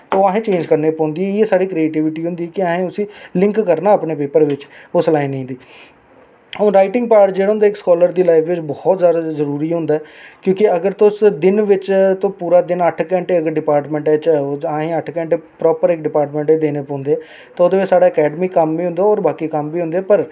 ते ओह् असें चेंज करने पौंदी ओह् साढ़ी क्रीटेविटी होंदी कि असें उसी लिंक ईटिंग पार्ट जेह्ड़ा होंदा इक स्कालर दी लाईफ बिच्च इक बौह्त जादा जरूरी होंदा क्योंकि अगर तुस दिन बिच्च पूरा दिन ऐ ओ असें अट्ठ घैंटे अगर डिपार्टमैंट बिच्च ए ओ प्रापर इक डिपार्टमैंट गी देने पौंदे साढ़ा अकैडमिक कम्म एह् होंदा होर कम्म बी होंदे पर